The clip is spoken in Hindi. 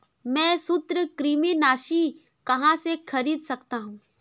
मैं सूत्रकृमिनाशी कहाँ से खरीद सकता हूँ?